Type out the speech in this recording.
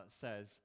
says